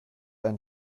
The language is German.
ein